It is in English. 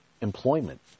employment